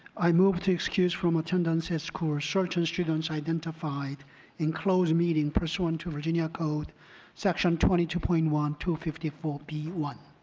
i move to excuse from attendance at school certain students identified in closed meeting pursuitant to virginia code section twenty two point one two five four b one.